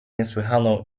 niesłychaną